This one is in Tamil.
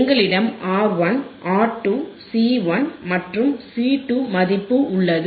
எங்களிடம் R1 R2 C1 மற்றும் C2 மதிப்பு உள்ளது